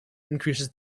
increases